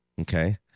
Okay